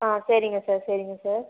ஆ சரிங்க சார் சரிங்க சார்